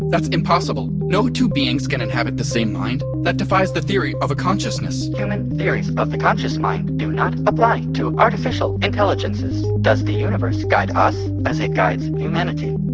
that's impossible. no two beings can inhabit the same mind, that defies the theory of a consciousness human theories of the conscious mind do not apply to artificial intelligences. does the universe guide us as it guides humanity?